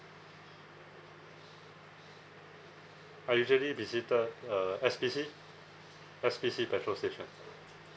I usually visited uh S_P_C S_P_C petrol station